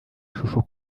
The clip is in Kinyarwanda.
ishusho